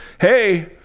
hey